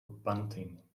bunting